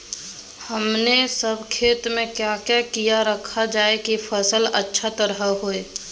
हमने सब खेती में क्या क्या किया रखा जाए की फसल अच्छी तरह होई?